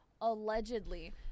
allegedly